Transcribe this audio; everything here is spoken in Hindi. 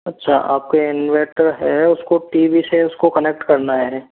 अच्छा आपके इनवर्टर है उसको टी वी से उसको कनेक्ट करना है